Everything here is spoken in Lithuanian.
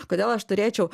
kodėl aš turėčiau